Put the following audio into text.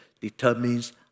determines